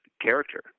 character